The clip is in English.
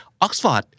Oxford